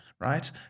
right